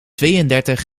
tweeëndertig